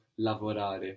lavorare